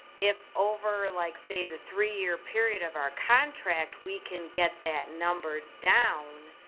if over like say the three year period of our contract, we can get that number down.